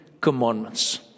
Commandments